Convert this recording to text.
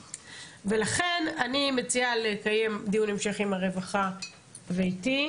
לכן אני מציעה לקיים דיון המשך עם הרווחה ואיתי.